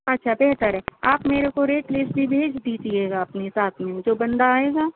اچھا بہتر ہے آپ میرے کو ریٹ لسٹ بھی بھیج دیجیے گا اپنے ساتھ میں جو بندہ آئے گا